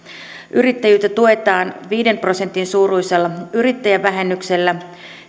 yrittäjyyttä tuetaan viiden prosentin suuruisella yrittäjävähennyksellä